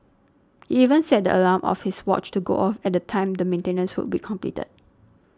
he even set the alarm of his watch to go off at the time the maintenance would be completed